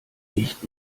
nicht